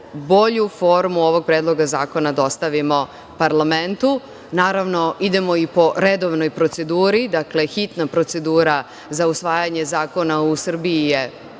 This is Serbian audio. bolju formu ovog predloga zakona dostavimo parlamentu. Naravno, idemo i po redovnoj proceduri. Dakle, hitna procedura za usvajanje zakona u Srbiji je